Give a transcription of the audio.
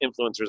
influencers